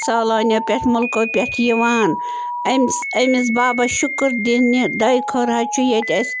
سٲلٲنیٚو پٮ۪ٹھ مُلکَو پٮ۪ٹھ یِوان أمۍ أمِس بابا شُکُر دیٖن نہِ دعٲے خٲرٕ حظ چھُ ییٚتہِ اسہِ